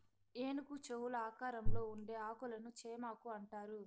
ఏనుగు చెవుల ఆకారంలో ఉండే ఆకులను చేమాకు అంటారు